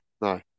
no